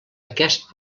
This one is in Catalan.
aquest